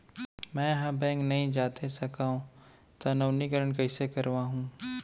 मैं ह बैंक नई जाथे सकंव त नवीनीकरण कइसे करवाहू?